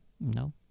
No